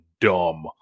dumb